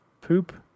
poop